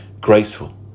graceful